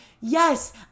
Yes